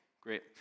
great